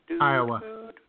Iowa